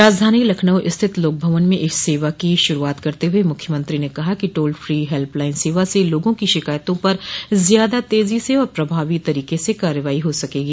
राजधानी लखनऊ स्थित लोकभवन में इस सेवा की शुरूआत करते हुए मुख्यमंत्री ने कहा कि टोल फी हेल्प लाइन सेवा से लोगों की शिकायतों पर ज्यादा तेजी से और प्रभावी तरीके से कार्रवाई हो सकेगी